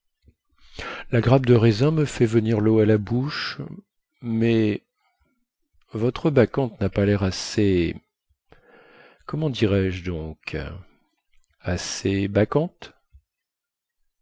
la grappe de raisin me fait venir leau à la bouche mais votre bacchante na pas lair assez comment dirais-je donc assez